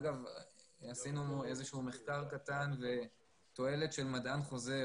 עשינו איזשהו מחקר קטן והתועלת של מדען חוזר